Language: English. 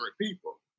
people